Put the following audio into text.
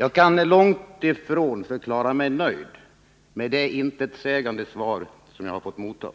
Jag kan långt ifrån förklara mig nöjd med det intetsägande svar jag fått mottaga.